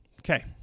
okay